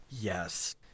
Yes